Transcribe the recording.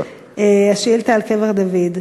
השאילתה על קבר דוד.